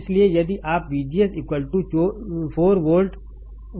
इसलिए यदि आप VGS 4 वोल्ट देखते हैं